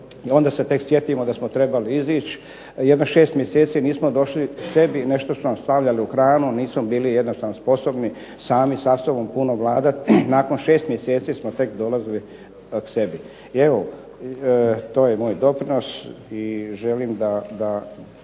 onda se tek sjetimo da smo trebali izaći. Jedno 6 mjeseci nismo došli k sebi. Nešto su nam stavljali u hranu, nismo bili jednostavno sposobni sami sa sobom puno vladati. Nakon 6 mjeseci smo tek dolazili k sebi. I evo, to je moj doprinos i želim da